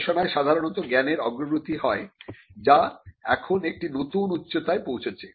গবেষণায় সাধারনত জ্ঞানের অগ্রগতি হয় যা এখন একটি নতুন উচ্চতায় পৌঁছেছে